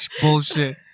bullshit